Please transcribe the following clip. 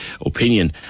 Opinion